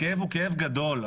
הכאב הוא כאב גדול.